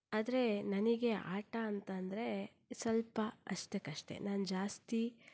ಆದರೆ ನನಗೆ ಆಟ ಅಂತಂದರೆ ಸ್ವಲ್ಪ ಅಷ್ಟಕ್ಕಷ್ಟೆ ನಾನು ಜಾಸ್ತಿ